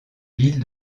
ville